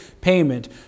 payment